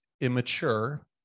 immature